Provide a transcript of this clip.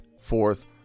fourth